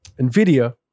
NVIDIA